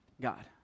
god